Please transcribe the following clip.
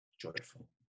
joyful